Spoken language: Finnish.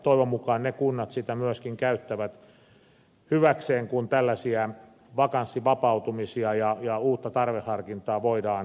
toivon mukaan ne kunnat sitä myöskin käyttävät hyväkseen kun tällaisia vakanssivapautumisia tapahtuu ja uutta tarveharkintaa voidaan tehdä